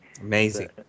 Amazing